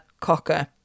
Cocker